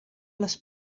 les